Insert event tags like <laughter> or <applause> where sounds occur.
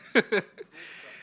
<laughs>